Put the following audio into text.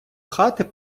хати